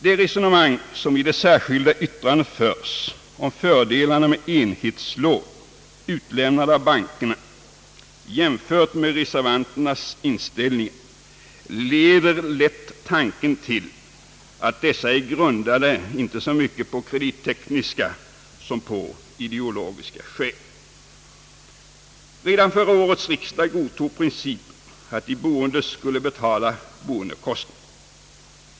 Det resonemang som förs i det särskilda yttrandet om fördelarna med enhetslån, utlämnade av bankerna, jämfört med reservanternas inställning leder lätt tanken till att dessa är grundade inte så mycket på kredittekniska som på ideologiska skäl. Redan förra årets riksdag godtog principen att de boende skulle betala boendekostnaderna.